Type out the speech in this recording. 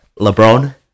LeBron